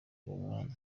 umwana